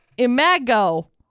Imago